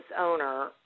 owner